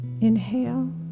Inhale